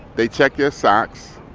they check your socks,